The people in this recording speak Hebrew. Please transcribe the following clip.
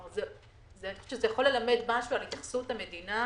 זה יכול ללמד משהו על התייחסות המדינה,